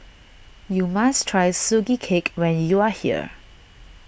you must try Sugee Cake when you are here